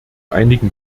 einigen